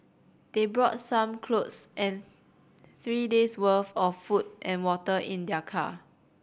they brought some clothes and three days' worth of food and water in their car